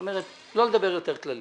זאת אומרת, לא לדבר יותר כללי.